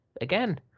again